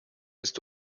ist